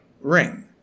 ring